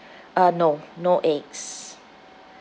uh no no eggs